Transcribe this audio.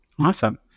Awesome